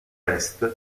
est